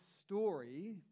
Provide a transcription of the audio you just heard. story